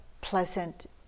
pleasant